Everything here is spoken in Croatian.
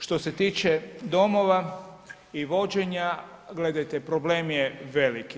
Što se tiče domova i vođenja, gledajte problem je veliki.